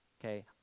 okay